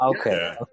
Okay